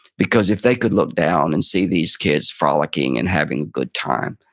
because if they could look down and see these kids frolicking and having a good time,